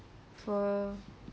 for